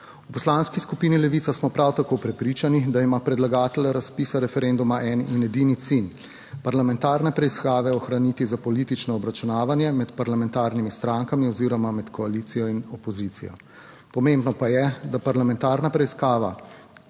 V Poslanski skupini Levica smo prav tako prepričani, da ima predlagatelj razpisa referenduma en in edini cilj – parlamentarne preiskave ohraniti za politično obračunavanje med parlamentarnimi strankami oziroma med koalicijo in opozicijo. Pomembno pa je, da je parlamentarna preiskava